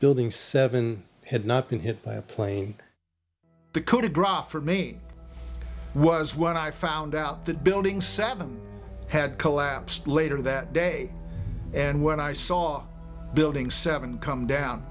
building seven had not been hit by a plane the coup de gras for me was when i found out that building seven had collapsed later that day and when i saw building seven come down